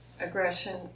aggression